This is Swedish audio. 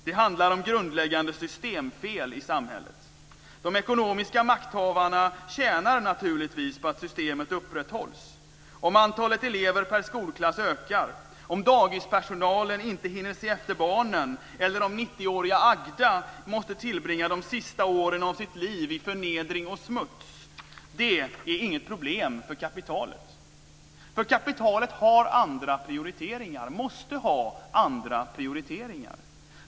Det handlar om grundläggande systemfel i samhället. De ekonomiska makthavarna tjänar naturligtvis på att systemet upprätthålls. Om antalet elever per skolklass ökar, om dagispersonalen inte hinner se efter barnen eller om 90-åriga Agda måste tillbringa de sista åren av sitt liv i förnedring och smuts är det inget problem för kapitalet. För kapitalet har andra prioriteringar och måste ha andra prioriteringar.